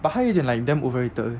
but 她有点 like damn overrated leh